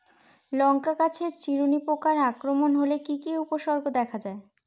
লঙ্কা গাছের চিরুনি পোকার আক্রমণ হলে কি কি উপসর্গ দেখা যায়?